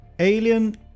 Alien